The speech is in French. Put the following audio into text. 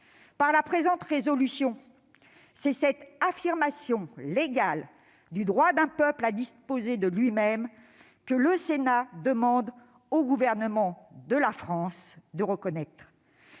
Par la présente résolution, c'est cette affirmation légale du droit d'un peuple à disposer de lui-même que le Sénat demande au gouvernement de la France de reconnaître.